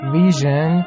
vision